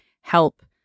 help